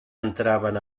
entraven